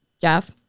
Jeff